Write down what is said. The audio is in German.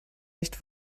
nicht